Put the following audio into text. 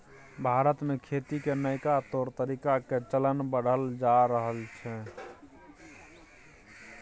भारत में खेती के नइका तौर तरीका के चलन बढ़ल जा रहल छइ